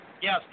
Yes